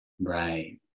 Right